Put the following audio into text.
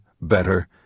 better